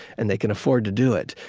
and they can afford to do it,